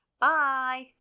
Bye